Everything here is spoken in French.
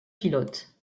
pilote